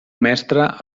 mestre